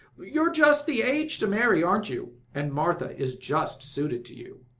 you are just the age to marry, aren't you? and martha is just suited to you!